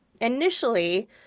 Initially